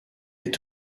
est